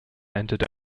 entered